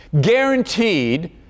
guaranteed